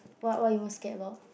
what what you most scared a lot